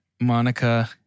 Monica